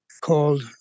called